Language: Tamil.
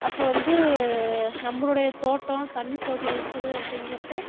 அப்போ வந்து நம்மளுடைய தோட்டம் தண்ணி சவுகரியம் இருக்குது அப்படிங்குறப்ப